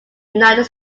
united